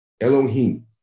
Elohim